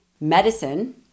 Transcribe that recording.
medicine –